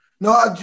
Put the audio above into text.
No